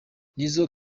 nizzo